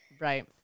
right